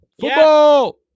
Football